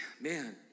Man